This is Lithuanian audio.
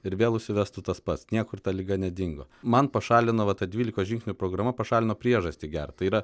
ir vėl užsivestų tas pats niekur ta liga nedingo man pašalino va ta dvylikos žingsnių programa pašalino priežastį gerti tai yra